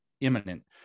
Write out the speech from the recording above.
imminent